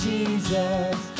Jesus